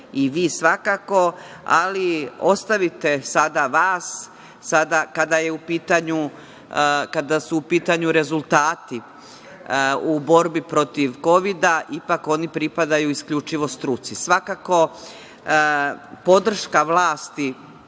i vi svakako, ali ostavite sada vas kada su u pitanju rezultati u borbi protiv COVID-a, ipak oni pripadaju isključivo struci. Svakako podrška vlasti